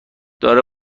داره